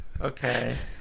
Okay